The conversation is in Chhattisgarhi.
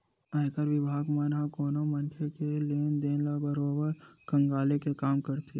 आयकर बिभाग मन ह कोनो मनखे के लेन देन ल बरोबर खंघाले के काम करथे